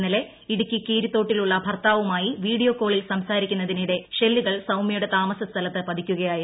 ഇന്നലെ ഇടുക്കി കീരിത്തോട്ടിലുള്ള ഭർത്താവുമായി വീഡിയോകോളിൽ സംസാരിക്കുന്നതിനിടെ ഷെല്ലുകൾ സൌമൃയുടെ താമസ സ്ഥലത്ത് പതിക്കുകയായിരുന്നു